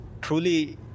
truly